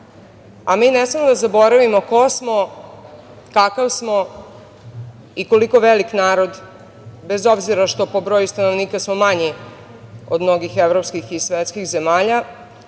a mi ne smemo da zaboravimo ko smo, kakav smo i koliko veliki narod, bez obzira što po broju stanovnika smo manji od mnogih evropskih i svetskih zemalja,